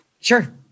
Sure